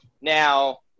now